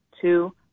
two